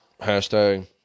hashtag